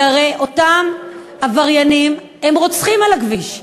כי הרי אותם עבריינים הם רוצחים על הכביש,